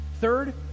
Third